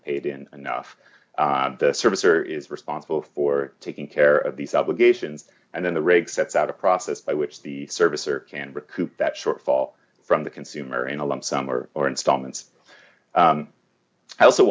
paid in enough servicer is responsible for taking care of these obligations and then the rake sets out a process by which the service or can recoup that shortfall from the consumer in a lump sum or or installments i also